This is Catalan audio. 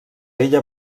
ella